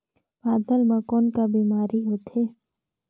पातल म कौन का बीमारी होथे?